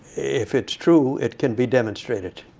if it's true, it can be demonstrated.